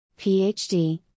PhD